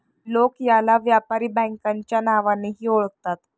लोक याला व्यापारी बँकेच्या नावानेही ओळखतात